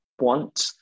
want